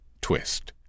twist